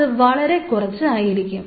അത് വളരെ കുറച്ച് ആയിരിക്കും